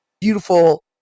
beautiful